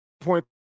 Point